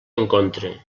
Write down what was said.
encontre